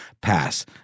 pass